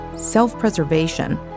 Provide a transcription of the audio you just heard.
self-preservation